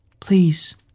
Please